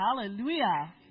hallelujah